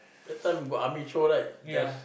that time got army show right just